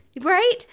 Right